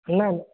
न न